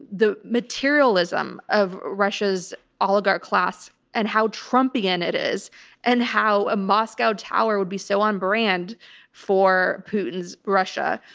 the materialism of russia's oligarch class and how trumpian it is and how a moscow tower would be so on brand for putin's russia.